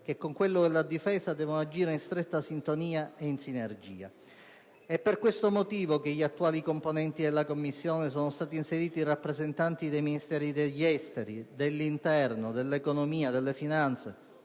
che con quello della difesa devono agire in stretta sintonia e in sinergia. È per questo motivo che tra gli attuali componenti della commissione sono stati inseriti i rappresentanti dei Ministeri degli affari esteri, dell'interno, dell'economia e delle finanze,